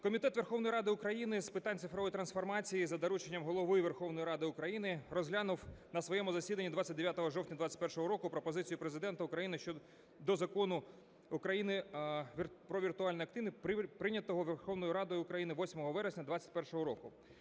Комітет Верховної Ради України з питань цифрової трансформації за дорученням Голови Верховної Ради України розглянув на своєму засіданні 29 жовтня 2021 року пропозицію Президента України щодо Закону України "Про віртуальні активи", прийнятого Верховною Радою України 8 вересня 2021 року.